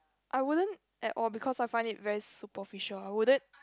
I wouldn't at all because I find it very superficial I wouldn't